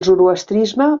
zoroastrisme